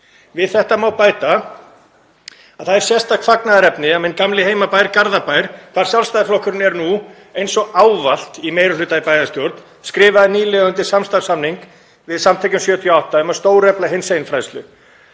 Við þetta má bæta að það er sérstakt fagnaðarefni að minn gamli heimabær, Garðabær, þar sem Sjálfstæðisflokkurinn er nú eins og ávallt í meiri hluta í bæjarstjórn, skrifaði nýlega undir samstarfssamning við Samtökin '78 um að stórefla hinseginfræðslu.